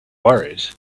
worried